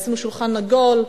עשינו שולחן עגול,